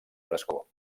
frescor